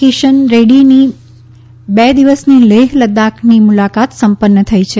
કિસન રેડ્ડીની બે દિવસની લેહ લદ્દાખની મુલાકાત સંપન્ન થઈ છે